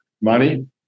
money